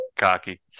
cocky